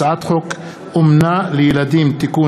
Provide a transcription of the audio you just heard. הצעת חוק אומנה לילדים (תיקון),